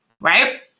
right